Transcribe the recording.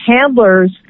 handlers